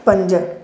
पंज